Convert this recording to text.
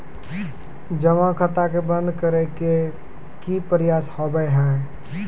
जमा खाता के बंद करे के की प्रक्रिया हाव हाय?